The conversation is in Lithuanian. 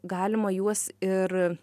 galima juos ir